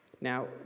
Now